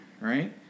right